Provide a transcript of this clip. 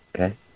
okay